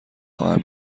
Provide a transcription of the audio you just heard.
خواهم